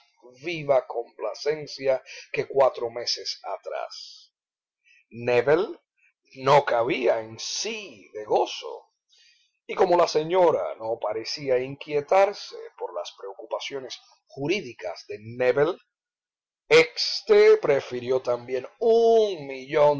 viva complacencia que cuatro meses atrás nébel no cabía en sí de gozo y como la señora no parecía inquietarse por las preocupaciones jurídicas de nébel éste prefirió también un millón